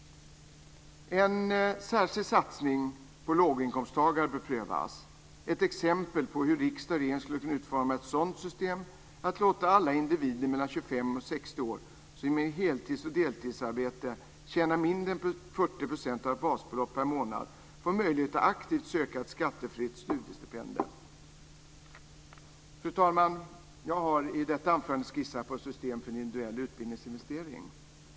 En särskild satsning på låginkomsttagare bör prövas. Ett exempel på hur riksdag och regering skulle kunna utforma ett sådant system är att låta alla individer mellan 25 och 60 år som genom heltids och deltidsarbete tjänar mindre än 40 % av ett basbelopp per månad få möjlighet att aktivt söka ett skattefritt studiestipendium. Fru talman! Jag har i detta anförande skissat på ett system för en individuell utbildningsinvestering.